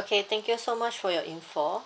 okay thank you so much for your info